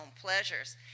pleasures